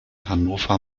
hannover